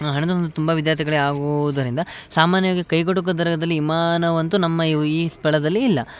ಹಣದ ಒಂದು ತುಂಬ ವಿದ್ಯಾರ್ಥಿಗಳೇ ಆಗೋದರಿಂದ ಸಾಮಾನ್ಯವಾಗಿ ಕೈಗೆಟುಕುವ ದರದಲ್ಲಿ ವಿಮಾನವಂತು ನಮ್ಮ ಇವು ಈ ಸ್ಥಳದಲ್ಲಿ ಇಲ್ಲ